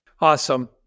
Awesome